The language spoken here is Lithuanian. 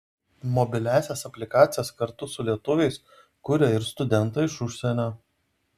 mobiliąsias aplikacijas kartu su lietuviais kuria ir studentai iš užsienio